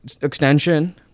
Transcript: extension